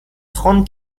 trente